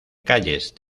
calles